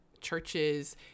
churches